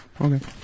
okay